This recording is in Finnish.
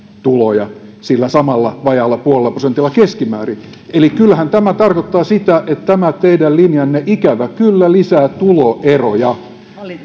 tuloja keskimäärin sillä samalla vajaalla puolella prosentilla eli kyllähän tämä tarkoittaa sitä että tämä teidän linjanne ikävä kyllä lisää tuloeroja